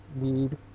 need